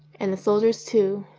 and the soldiers too,